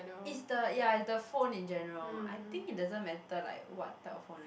is the ya is the phone in general I think it doesn't matter like what type of phone eh